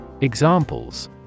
Examples